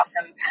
awesome